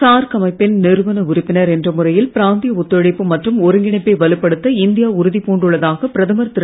SAARC அமைப்பின் நிறுவன உறுப்பினர் என்ற முறையில் பிராந்திய ஒத்துழைப்பு மற்றும் ஒருங்கிணைபை வலுப்படுத்த இந்திய உறுதி பூண்டுள்ளதாக பிரதமர் திரு